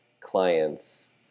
clients